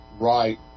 right